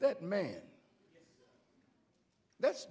that man that's